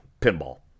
pinball